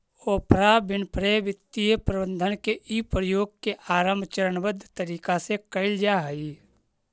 Oprah Winfrey वित्तीय प्रबंधन के इ प्रयोग के आरंभ चरणबद्ध तरीका में कैइल जा हई